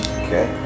okay